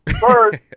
First